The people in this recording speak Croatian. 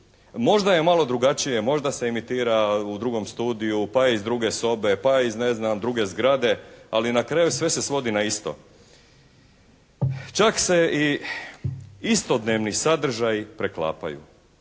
Možda je malo drugačije, možda se imitira u drugom studiju, pa je iz druge sobe, pa iz ne znam druge zgrade. Ali na kraju sve se svodi na isto. Čak se i istodnevni sadržaji preklapaju.